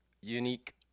unique